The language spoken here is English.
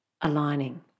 aligning